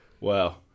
wow